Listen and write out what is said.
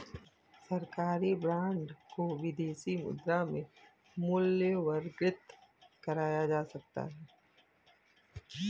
सरकारी बॉन्ड को विदेशी मुद्रा में मूल्यवर्गित करा जा सकता है